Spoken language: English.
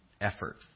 effort